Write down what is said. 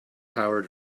power